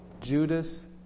Judas